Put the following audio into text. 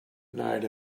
night